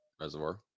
reservoir